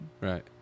Right